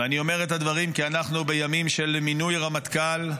ואני אומר את הדברים כי אנחנו בימים של מינוי רמטכ"ל,